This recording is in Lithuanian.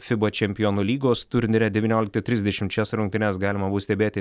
fiba čempionų lygos turnyre devynioliktą trisdešimt šias rungtynes galima stebėti